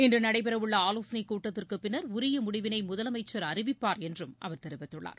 இன்று நடைபெறவுள்ள ஆலோசனை கூட்டத்திற்கு பின்னர் உரிய முடிவினை முதலமைச்சர் அறிவிப்பார் என்றும் அவர் தெரிவித்துள்ளார்